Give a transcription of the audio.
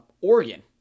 Oregon